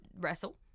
wrestle